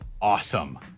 awesome